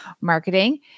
marketing